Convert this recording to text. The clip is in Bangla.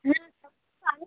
হ্যাঁ সবকিছু আমি